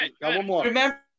Remember